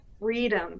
freedom